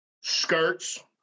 skirts